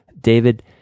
David